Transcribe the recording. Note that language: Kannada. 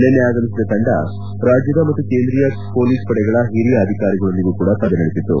ನಿನ್ನೆ ಆಗಮಿಸಿದ ತಂಡ ರಾಜ್ಯದ ಮತ್ತು ಕೇಂದ್ರೀಯ ಪೊಲೀಸ್ ಪಡೆಗಳ ಹಿರಿಯ ಅಧಿಕಾರಿಗಳೊಂದಿಗೆ ಸಭೆ ನಡೆಸಿತು